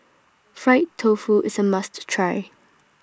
Fried Tofu IS A must Try